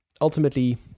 ultimately